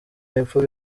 y’epfo